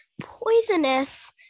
Poisonous